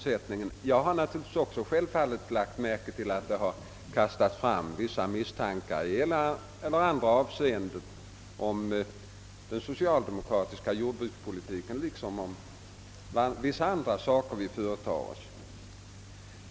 Självfallet har även jag lagt märke till att det kastats fram vissa misstankar i ena eller andra avseendet om den socialdemokratiska jordbrukspolitiken liksom beträffande vissa andra saker som vi företar Oss.